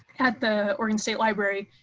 at the oregon state library.